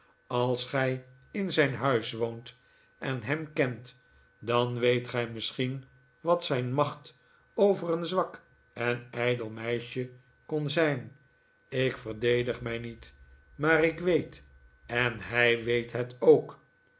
als gij in zijn huis woont en hem kent dan weet gij misschien wat zijn macht over een zwak en ijdel meisje kon zijn ik verdedig mij niet maar ik weet en hij weet het ook